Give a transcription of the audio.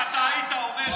אני הייתי מסכים.